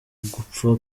ugupfa